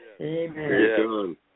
Amen